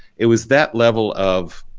it was that level of